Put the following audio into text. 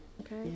okay